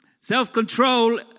Self-control